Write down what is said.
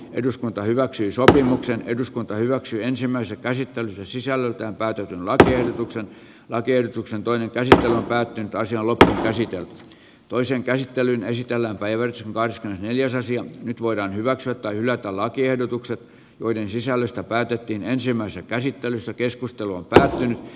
eduskunta hyväksyi sopimuksen eduskunta hyväksyi ensimmäisen käsitteen sisältöä täytetyn vaateetoksen lakiehdotuksen toinen käsi näytti taisi haluta käsitellyt toisen käsittelyn esitellään päivän vain jos asia nyt voidaan hyväksyä tai hylätä lakiehdotukset joiden sisällöstä päätettiin ensimmäisessä käsittelyssä keskusteluun päin